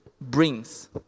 brings